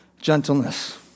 gentleness